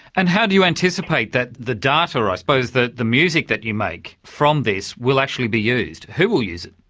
and how do you anticipate that the data, i ah suppose the the music that you make from this will actually be used? who will use it?